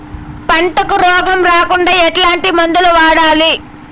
పంటకు రోగం రాకుండా ఎట్లాంటి మందులు వాడాలి?